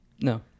no